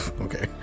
Okay